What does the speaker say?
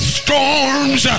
storms